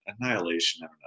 annihilation